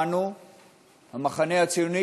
המחנה הציוני,